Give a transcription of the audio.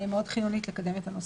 מאוד חיונית לקדם את הנושא.